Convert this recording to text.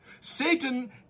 Satan